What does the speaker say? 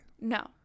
no